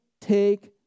take